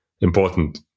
important